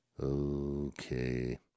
Okay